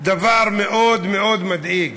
דבר מאוד מאוד מדאיג